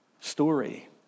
story